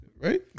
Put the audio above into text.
Right